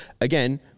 again